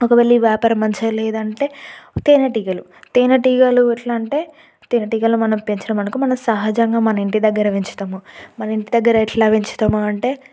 ఒకవేళ ఈ వ్యాపారం మంచిగా లేదంటే తేనెటీగలు తేనెటీగలు ఎట్ల అంటే తేనెటీగలను మనం పెంచినాం అనుకో మన సహజంగా మన ఇంటి దగ్గర పెంచుతము మన ఇంటి దగ్గర ఎట్ల పెంచుతాము అంటే